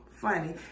funny